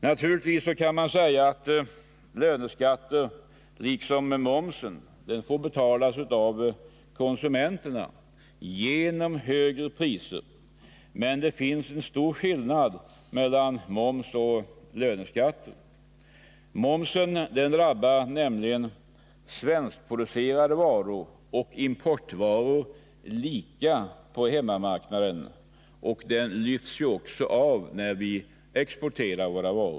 Naturligtvis kan man säga att löneskatter liksom moms ytterst får betalas av konsumenterna genom högre priser, men det finns en stor skillnad mellan moms och löneskatter. Momsen drabbar svenskproducerade varor och importvaror lika på hemmamarknaden och lyfts av vid exporten.